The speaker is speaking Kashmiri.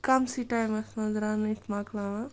کَم سٕے ٹایمَس منٛز رٔنِتھ مۄکلاوان